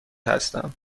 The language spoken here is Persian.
هستم